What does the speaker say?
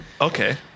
Okay